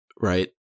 right